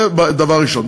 זה דבר ראשון.